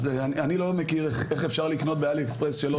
אז אני לא מכיר איך אפשר לקנות בעלי אקספרס שלא דרך האינטרנט.